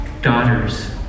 Daughters